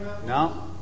No